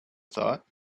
thought